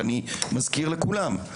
אני מזכיר לכולם,